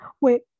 wait